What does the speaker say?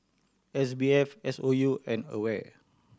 S B F S O U and AWARE